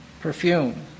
perfume